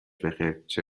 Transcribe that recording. بخیر، چه